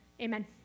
amen